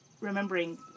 remembering